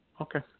Okay